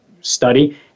study